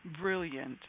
brilliant